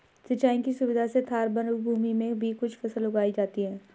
सिंचाई की सुविधा से थार मरूभूमि में भी कुछ फसल उगाई जाती हैं